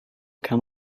come